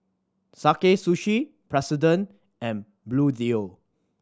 Sakae Sushi President and Bluedio